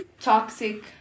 toxic